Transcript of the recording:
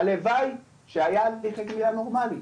הליכי שהיו הליכי גמילה נורמליים.